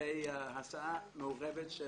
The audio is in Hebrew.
לגבי האחריות של